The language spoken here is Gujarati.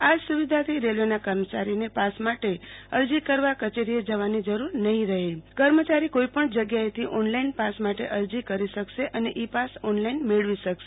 આ સુવિધાથી રેલ્વેના કર્મચારીને પાસ માટે અરજી કરવા કચેરીએ જવાની જરૂર પડશે નહી કર્મચારી કોઈપણ જગ્યાએથી ઑનલાઇન પાસ માટે અરજી કરી શકશે અને ઇ પાસ ઑનલાઇન મેળવી શકશે